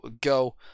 go